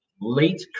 late